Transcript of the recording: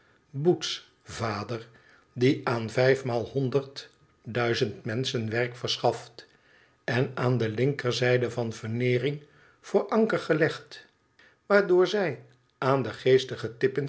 boots vader die aan vijfmaal honderd duizend menschen werk verschaft en aan de linkerzijde van veneering voor anker gelegd waardoor zij aan de geestige tippins